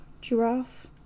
giraffe